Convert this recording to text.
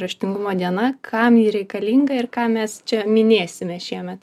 raštingumo diena kam ji reikalinga ir ką mes čia minėsime šiemet